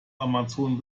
amazon